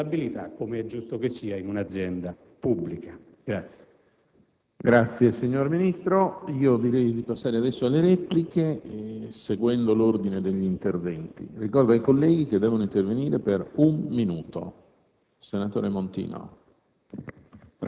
di responsabilità, com'è giusto che sia in un'azienda pubblica.